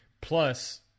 Plus